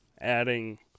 adding